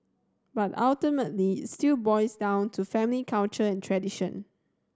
but ultimately it still boils down to family culture and tradition